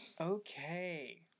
Okay